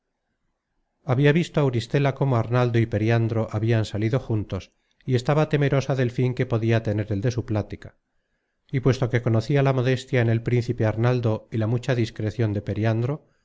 habia visto auristela cómo arnaldo y periandro habian salido juntos y estaba temerosa del fin que podia tener el de merosa content from google book search generated at su plática y puesto que conocia la modestia en el principe arnaldo y la mucha discrecion de periandro